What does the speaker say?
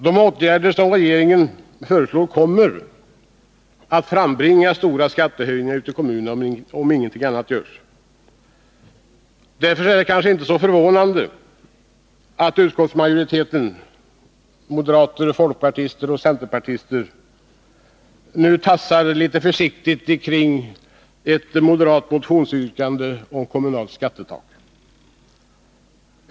De åtgärder regeringen föreslår kommer att frambringa stora skattehöjningar, om ingenting annat görs. Därför är det kanske inte så förvånande att utskottsmajoriteten — moderater, folkpartister och centerpartister — nu tassar litet försiktigt kring ett moderat motionsyrkande om kommunalt skattetak.